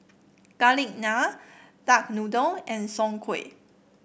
Garlic Naan Duck Noodle and Soon Kuih